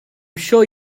sure